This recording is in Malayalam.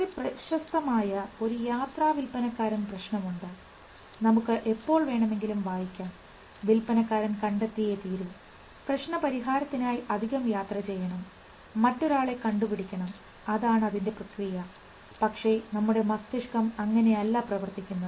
വളരെ പ്രശസ്തമായ ഒരു യാത്ര വിൽപ്പനക്കാരൻ പ്രശ്നമുണ്ട് നമുക്ക് എപ്പോൾ വേണമെങ്കിലും വായിക്കാം വിൽപ്പനക്കാരൻ കണ്ടെത്തിയേ തീരൂ പ്രശ്നപരിഹാരത്തിനായി അധികം യാത്ര ചെയ്യണം മറ്റൊരാളെ കണ്ടുപിടിക്കണം അതാണ് അതിൻറെ പ്രക്രിയ പക്ഷേ നമ്മുടെ മസ്തിഷ്കം അങ്ങനെയല്ല പ്രവർത്തിക്കുന്നത്